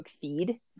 feed